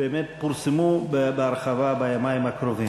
באמת פורסמו בהרחבה ביומיים האחרונים.